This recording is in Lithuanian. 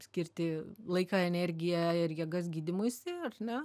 skirti laiką energiją ir jėgas gydymuisi ar ne